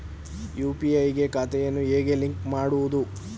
UPI ಗೆ ಖಾತೆಯನ್ನು ಹೇಗೆ ಲಿಂಕ್ ಮಾಡುವುದು?